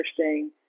interesting